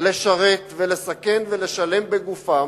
לשרת ולסכן ולשלם בגופם,